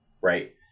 right